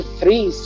three